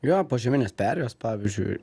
jo požeminės perėjos pavyzdžiui